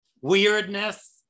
weirdness